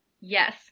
Yes